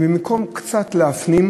במקום קצת להפנים,